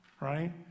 right